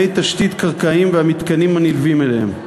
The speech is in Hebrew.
תשתית קרקעיים והמתקנים הנלווים אליהם.